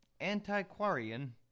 antiquarian